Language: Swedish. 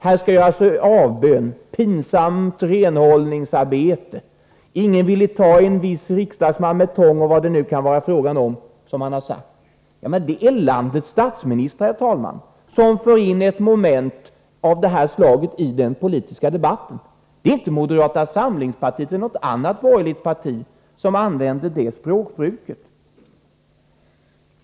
Här skall göras ”avbön”, ”pinsamt renhållningsarbete” , ”ingen ville tai en viss riksdagsman” — och vad det nu kan vara som han har sagt. Det är landets statsminister, herr talman, som för in ett moment av det här slaget i den politiska debatten. Det är inte moderata samlingspartiet eller något annat borgerligt parti som använder det språkbruket.